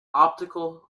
optical